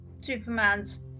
Superman's